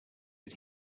but